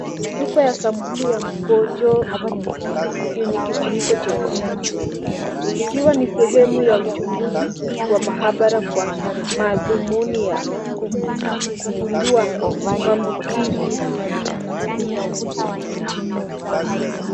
Chupa ya sampuli ya mkojo yenye kifuniko chekundu, ikiwa ni sehemu ya uchunguzi wa maabara kwa madhumuni ya kugundua maambukizi.